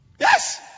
Yes